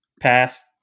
past